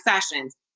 sessions